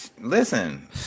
Listen